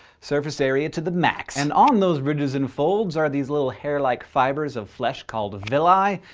surface area to the max! and on those ridges and folds are these little hair-like fibers of flesh called villi.